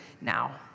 now